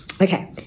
Okay